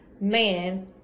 man